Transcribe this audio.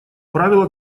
правило